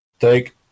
take